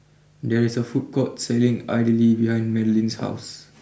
there is a food court selling Idly behind Madlyn's house